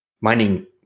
Mining